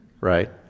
right